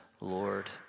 Lord